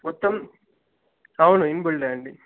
మొత్తం అవును ఇన్బిల్ట్ అండి